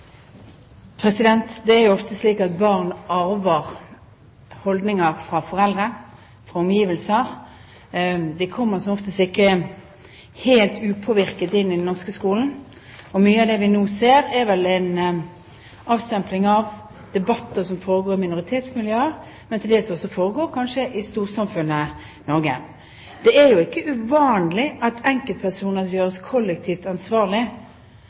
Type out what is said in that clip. foreldre, fra omgivelser. De kommer som oftest ikke helt upåvirket inn i den norske skolen. Mye av det vi nå ser, er vel en avstempling av debatter som foregår i minoritetsmiljøer, men til dels også kanskje i storsamfunnet Norge. Det er ikke uvanlig at enkeltpersoner gjøres kollektivt